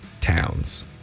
towns